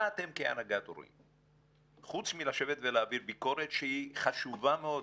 מה אתם כהנהגת הורים חוץ מלשבת ולהעביר ביקורת שהיא חשובה מאוד,